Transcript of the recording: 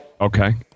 Okay